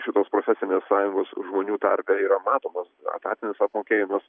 šitos profesinės sąjungos žmonių tarpe yra matomos etatinis apmokėjimas